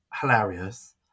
hilarious